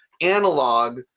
analog